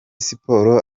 siporo